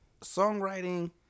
songwriting